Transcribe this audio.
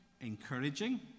encouraging